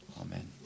amen